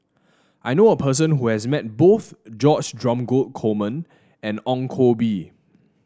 I knew a person who has met both George Dromgold Coleman and Ong Koh Bee